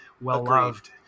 well-loved